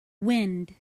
wind